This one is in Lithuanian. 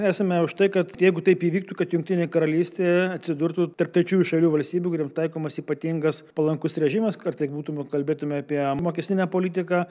esame už tai kad jeigu taip įvyktų kad jungtinė karalystė atsidurtų tarp trečiųjų šalių valstybių kuriom taikomas ypatingas palankus režimas ar tai būtų kalbėtume apie mokestinę politiką